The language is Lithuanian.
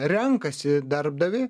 renkasi darbdavį